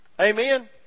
Amen